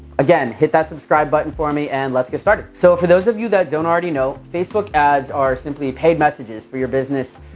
again, hit that subscribe button for me and let's get started. so, for those of you that don't already know, facebook ads are simply paid messages for your business,